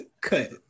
Cut